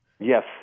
Yes